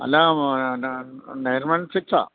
Allah nine one സിക്സാണ്